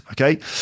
Okay